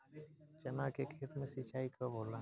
चना के खेत मे सिंचाई कब होला?